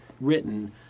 written